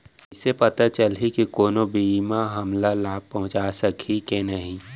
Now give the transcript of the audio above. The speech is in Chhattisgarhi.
कइसे पता चलही के कोनो बीमा हमला लाभ पहूँचा सकही के नही